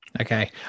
Okay